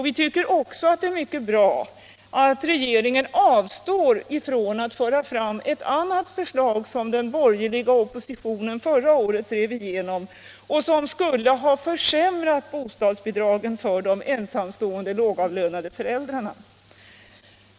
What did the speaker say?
Vi tycker också att det är mycket bra att regeringen avstår från att föra fram ett annat förslag som den borgerliga oppositionen förra året drev igenom och som skulle ha försämrat bostadsbidragen till ensamstående lågavlönade föräldrar.